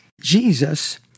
Jesus